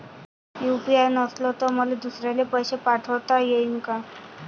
UPI नसल तर मले दुसऱ्याले पैसे पाठोता येईन का?